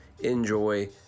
Enjoy